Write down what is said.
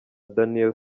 daniel